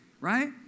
right